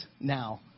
now